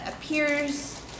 appears